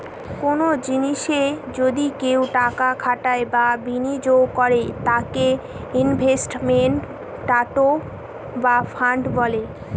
কোনো জিনিসে যদি কেউ টাকা খাটায় বা বিনিয়োগ করে তাকে ইনভেস্টমেন্ট ট্রাস্ট ফান্ড বলে